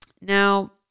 Now